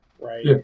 right